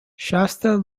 shasta